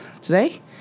today